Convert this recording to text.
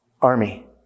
army